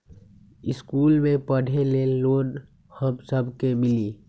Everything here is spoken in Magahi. इश्कुल मे पढे ले लोन हम सब के मिली?